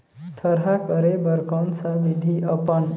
थरहा करे बर कौन सा विधि अपन?